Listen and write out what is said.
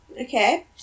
Okay